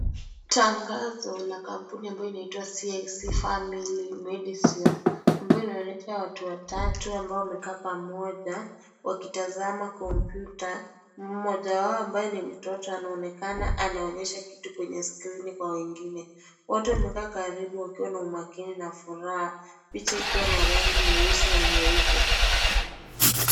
Tangazo la kampuni ambayo inaitwa CIC family medisure ambayo inaonyesha watu watatu ambao wamekaa pamoja wakitazama kompyuta. Mmoja wao ambaye ni mtoto anaonekana anaonyesha kitu kwenye skrini kwa wengine. Wote wamekaa karibu wakiwa na umakini na furaha picha ikiwa na rangi nyeusi na nyeupe.